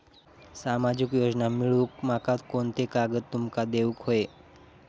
सामाजिक योजना मिलवूक माका कोनते कागद तुमका देऊक व्हये?